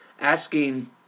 asking